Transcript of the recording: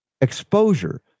exposure